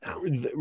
now